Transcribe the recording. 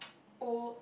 old